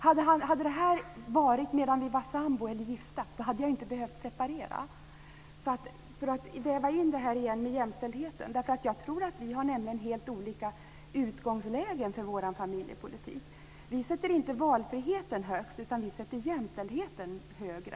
Om det hade varit så medan de var sambo eller gifta hade de inte behövt separera. Här kan man väva in det här med jämställdheten igen. Jag tror nämligen att vi har helt olika utgångslägen för vår familjepolitik. Vi sätter inte valfriheten högst. Vi sätter jämställdheten högre.